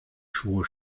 schuhe